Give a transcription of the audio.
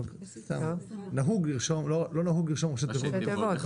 לא חשוב, לא נהוג לרשום ראשי תיבות.